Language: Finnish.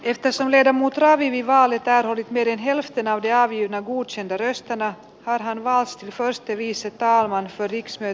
että sonera muut rabinin valitaan derin hellsten ajaa viimevuotisen verestämään parhaimpaansa toisten viisi talman felix ajaksi